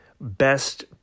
Best